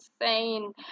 insane